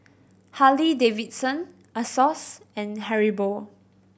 Harley Davidson Asos and Haribo